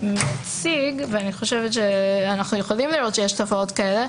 המציע הציג ואנחנו יכולים לראות שיש תופעות כאלה,